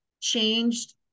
changed